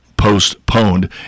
postponed